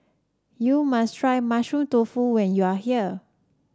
you must try Mushroom Tofu when you are here